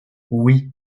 oui